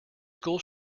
school